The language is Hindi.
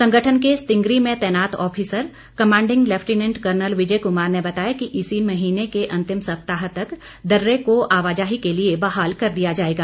संगठन के सितिंगरी में तैनात officer commanding lieutenant colonel Vijay Kumar ने बताया कि इस महीने के अंतिम सप्ताह तक दर्रे को आवाजाही के लिए बहाल कर दिया जाएगा